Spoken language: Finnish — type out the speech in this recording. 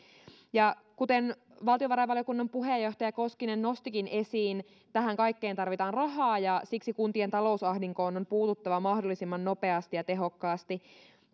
ja kuten valtiovarainvaliokunnan puheenjohtaja koskinen nostikin esiin tähän kaikkeen tarvitaan rahaa ja siksi kuntien talousahdinkoon on puututtava mahdollisimman nopeasti ja tehokkaasti